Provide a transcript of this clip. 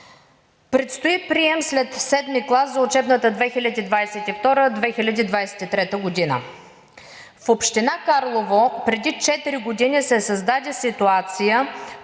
Предстои прием след VII клас за учебната 2022 – 2023 г. В община Карлово преди четири години се създаде ситуация,